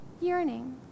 yearning